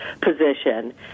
position